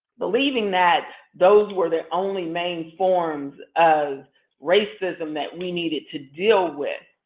believing that those were the only main forms of racism that we needed to deal with.